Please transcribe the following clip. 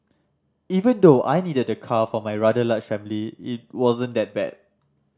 even though I needed the car for my rather large family it wasn't that bad